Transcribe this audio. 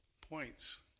points